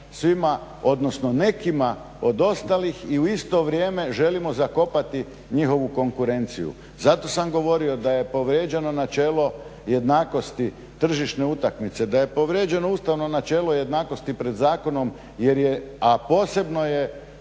svima, odnosno nekima od ostalih i u isto vrijeme želimo zakopati njihovu konkurenciju. Zato sam govorio da je povrijeđeno načelo jednakosti tržišne utakmice. Da je povrijeđeno ustavno načelo jednakosti pred zakonom jer je, a posebno je